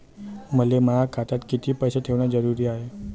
मले माया खात्यात कितीक पैसे ठेवण जरुरीच हाय?